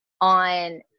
on